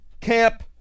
Camp